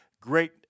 great